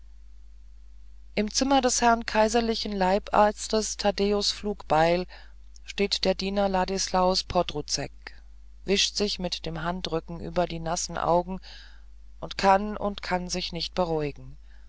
im zimmer des herrn kaiserlichen leibarztes taddäus flugbeil steht der diener ladislaus podrouzek wischt sich mit dem handrücken über die nassen augen und kann und kann sich nicht beruhigen